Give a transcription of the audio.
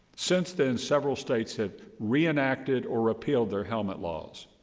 since then, several states have reenacted or repealed their helmet laws.